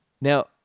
Now